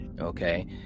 okay